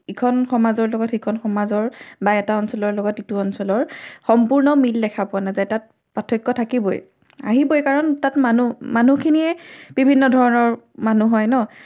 ইখন সমাজৰ লগত সিখন সমাজৰ বা এটা অঞ্চলৰ লগত ইটো অঞ্চলৰ সম্পূৰ্ণ মিল দেখা পোৱা নাযায় তাত পাৰ্থক্য থাকিবই আহিবই কাৰণ তাত মানুহ মানুহখিনিয়ে বিভিন্ন ধৰণৰ মানুহ হয় ন'